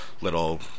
little